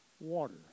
Water